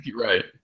Right